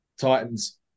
Titans